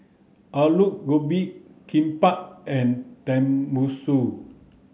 Alu Gobi Kimbap and Tenmusu